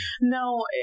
No